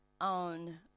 on